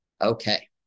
okay